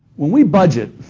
when we budget,